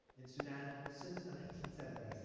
in sudan since nineteen seventy s